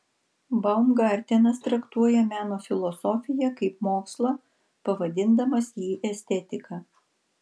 baumgartenas traktuoja meno filosofiją kaip mokslą pavadindamas jį estetika